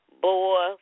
boy